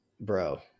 Bro